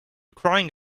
crying